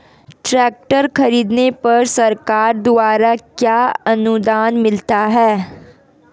Tractor खरीदने पर सरकार द्वारा क्या अनुदान मिलता है?